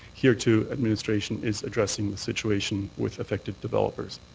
here, too, administration is addressing the situation with affected developers.